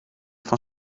van